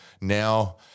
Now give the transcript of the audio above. now